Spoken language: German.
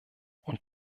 und